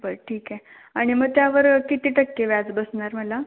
बर ठीक आहे आणि मग त्यावर किती टक्के व्याज बसणार मला